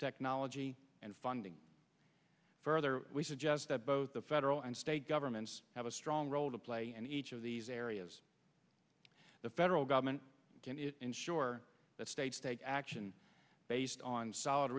technology and funding further we suggest that both the federal and state governments have a strong role to play and each of these areas the federal government to ensure that states take action based on solid